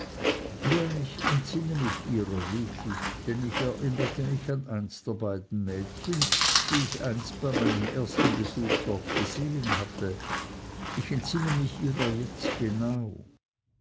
ja ich entsinne mich ihrer rief ich denn ich erinnerte mich an eins der beiden mädchen die ich einst bei meinem ersten besuch dort gesehen hatte ich entsinne mich ihrer jetzt genau